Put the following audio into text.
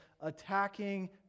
attacking